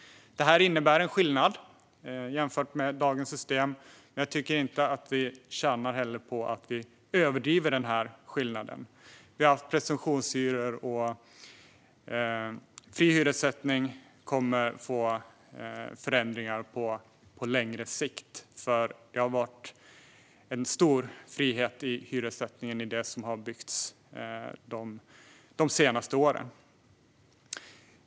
Det innebär en skillnad jämfört med dagens system, men jag tycker inte att vi tjänar på att överdriva den skillnaden. Vi har haft presumtionshyror. Med fri hyressättning kommer det att bli förändringar på längre sikt, för det har varit en stor frihet i hyressättningen i fråga om det som har byggts de senaste åren.